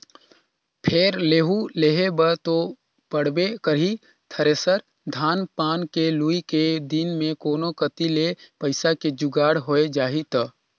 फेर लेहूं लेहे बर तो पड़बे करही थेरेसर, धान पान के लुए के दिन मे कोनो कति ले पइसा के जुगाड़ होए जाही त